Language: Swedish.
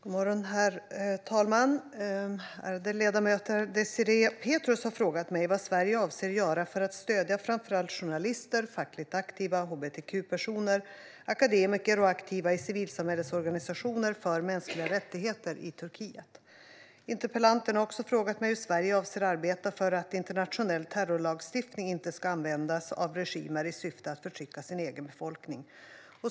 Svar på interpellationer Herr talman, ärade ledamöter! Désirée Pethrus har frågat mig vad Sverige avser göra för att stödja framför allt journalister, fackligt aktiva, hbtq-personer, akademiker och aktiva i civilsamhällesorganisationer för mänskliga rättigheter i Turkiet. Interpellanten har också frågat mig hur Sverige avser att arbeta för att internationell terrorlagstiftning inte ska användas av regimer i syfte att förtrycka sin egen befolkning.